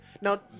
Now